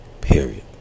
period